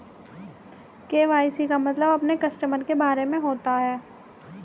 KYC का मतलब अपने कस्टमर के बारे में होता है